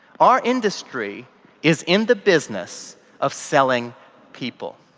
our industry is in the business of selling people.